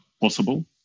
possible